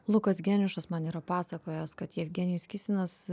lukas geniušas man yra pasakojęs kad jevgenijus kisinas